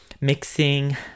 mixing